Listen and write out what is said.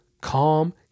calm